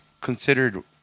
considered